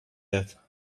that